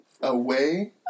away